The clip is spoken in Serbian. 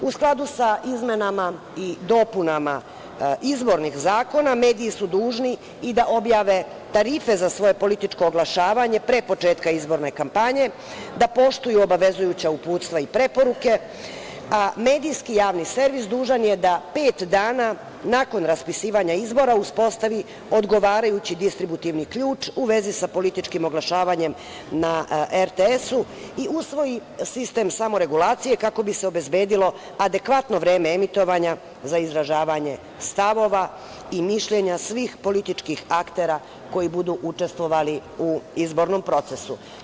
U skladu sa izmenama i dopunama izbornih zakona mediji su dužni i da objave tarife za svoje političko oglašavanje pre početka izborne kampanje, da poštuju obavezujuća uputstva i preporuke, a medijski javni servis dužan je da pet dana nakon raspisivanja izbora uspostavi odgovarajući distributivni ključ u vezi sa političkim oglašavanjem na RTS i usvoji sistem samoregulacije kako bi se obezbedilo adekvatno vreme emitovanja za izražavanje stavova i mišljenja svih političkih aktera koji budu učestvovali u izbornom procesu.